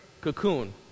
Cocoon